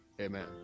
Amen